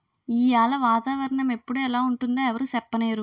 ఈయాల వాతావరణ ఎప్పుడు ఎలా ఉంటుందో ఎవరూ సెప్పనేరు